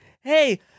Hey